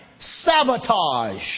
Sabotage